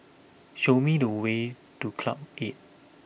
show me the way to Club Eight